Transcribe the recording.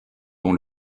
dans